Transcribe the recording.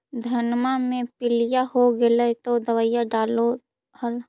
धनमा मे पीलिया हो गेल तो दबैया डालो हल?